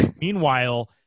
Meanwhile